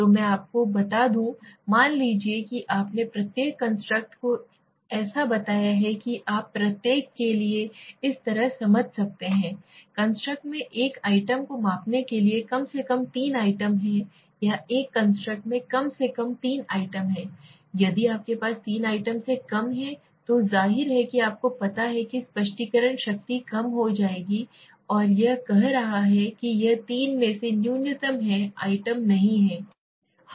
तो मैं आपको बता दूं मान लीजिए कि आपने प्रत्येक कंस्ट्रक्ट को ऐसा बताया है कि आप प्रत्येक के लिए इस तरह समझ सकते हैं कंस्ट्रक्ट में एक आइटम को मापने के लिए कम से कम 3 आइटम हैं या एक कंस्ट्रक्ट में कम से कम तीन आइटम हैं यदि आपके पास 3 आइटम से कम है तो जाहिर है कि आपको पता है कि स्पष्टीकरण शक्ति कम हो जाएगी और यह कह रहा है कि यह तीन में से न्यूनतम है आइटम नहीं है